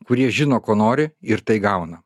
kurie žino ko nori ir tai gauna